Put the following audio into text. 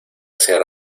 ser